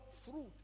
fruit